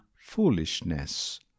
foolishness